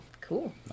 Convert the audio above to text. Cool